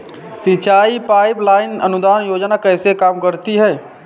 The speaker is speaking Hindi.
सिंचाई पाइप लाइन अनुदान योजना कैसे काम करती है?